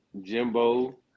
Jimbo